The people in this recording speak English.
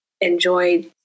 enjoy